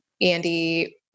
Andy